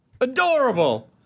Adorable